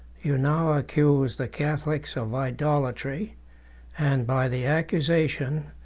you now accuse the catholics of idolatry and, by the accusation,